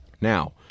Now